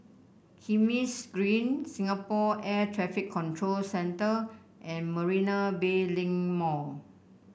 Kismis Green Singapore Air Traffic Control Centre and Marina Bay Link Mall